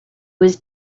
was